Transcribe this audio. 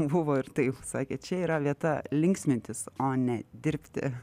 buvo ir taip sakė čia yra vieta linksmintis o ne dirbti